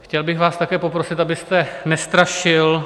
Chtěl bych vás také poprosit, abyste nestrašil.